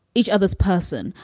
each other's person.